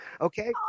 okay